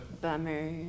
Bummer